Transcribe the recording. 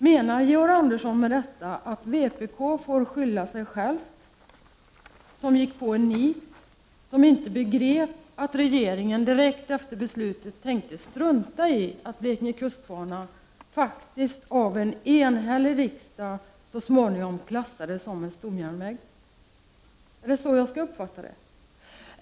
Menar Georg Andersson med detta att vpk får skylla sig självt som gick på en nit och inte begrep att regeringen direkt efter beslutet tänkte strunta i att Blekinge kustbana av en enig riksdag så småningom klassades som en stomjärnväg? Är det så jag skall uppfatta det?